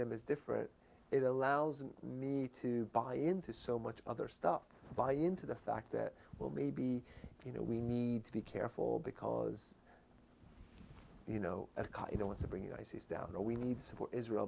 them as different it allows me to buy into so much other stuff buy into the fact that well maybe you know we need to be careful because you know you don't want to bring it down or we need support israel